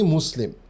Muslim